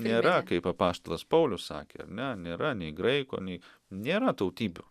nėra kaip apaštalas paulius sakė ar ne nėra nei graiko nei nėra tautybių